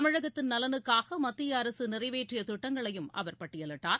தமிழகத்தின் நலனுக்காக மத்திய அரசு நிறைவேற்றிய திட்டங்களையும் அவர் பட்டியலிட்டார்